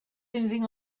anything